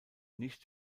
nicht